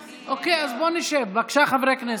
אוקיי, אז בואו נשב, בבקשה, חברי הכנסת.